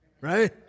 right